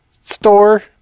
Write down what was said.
store